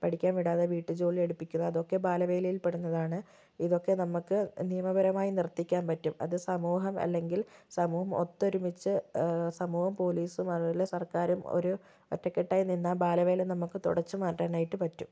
പഠിക്കാൻ വിടാതെ വീട്ടുജോലി എടുപ്പിക്കുക അതൊക്കെ ബാലവേലയിൽ പെടുന്നതാണ് ഇതൊക്കെ നമുക്ക് നിയമപരമായി നിർത്തിക്കാൻ പറ്റും അത് സമൂഹം അല്ലെങ്കിൽ സമൂഹം ഒത്തോരുമിച്ചു സമൂഹം പോലീസും അതുപോലെ സർക്കാരും ഒരു ഒറ്റക്കെട്ടായി നിന്നാൽ ബാലവേല നമുക്ക് തുടച്ചു മാറ്റാനായിട്ടു പറ്റും